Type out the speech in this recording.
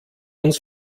uns